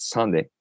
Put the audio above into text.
Sunday